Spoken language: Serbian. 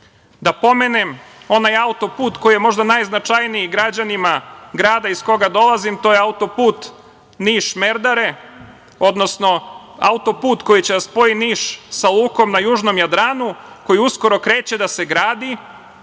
Da pomenem onaj auto-put koji je možda najznačajniji građanima grada iz kog dolazim, a to je auto-put Niš – Merdare, odnosno auto-put koji će da spoji Niš sa lukom na južnom Jadranu koji uskoro kreće da se gradi.